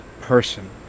person